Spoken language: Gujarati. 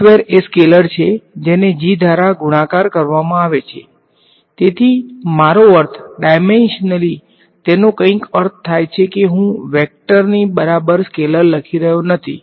સ્કેલરનો એ સ્કેલર છે જેને g દ્વારા ગુણાકાર કરવામાં આવે છે તેથી મારો અર્થ ડાયમેંશન્લી તેનો કઈંક અર્થ થાય છે કે હું વેક્ટરની બરાબર સ્કેલર લખી રહ્યો નથી